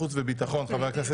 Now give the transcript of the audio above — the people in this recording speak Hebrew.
וביטחון.